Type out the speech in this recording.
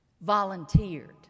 volunteered